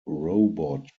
robot